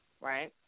right